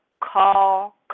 call